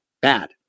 Bad